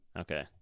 Okay